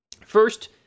First